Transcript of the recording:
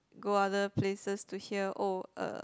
go other places to hear oh uh